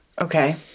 Okay